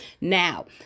Now